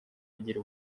agira